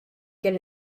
get